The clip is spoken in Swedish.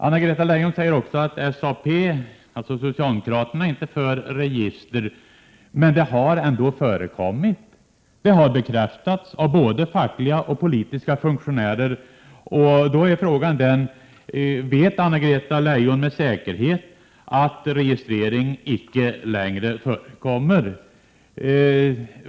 Anna-Greta Leijon säger att SAP inte för register, men det har ändå förekommit, och det har bekräftats av både fackliga och politiska funktionärer. Då är frågan: Vet Anna-Greta Leijon med säkerhet att registrering icke längre förekommer?